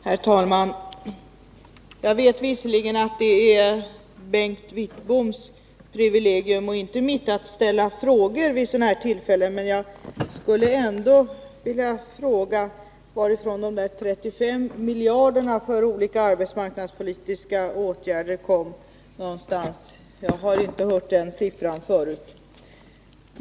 Herr talman! Jag vet visserligen att det är Bengt Wittboms privilegium och inte mitt att ställa frågor vid sådana här tillfällen, men jag skulle ändå vilja fråga varifrån de 35 miljarderna för olika arbetsmarknadspolitiska åtgärder kommer. Jag har inte hört den siffran förut.